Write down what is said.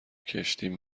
کشتیم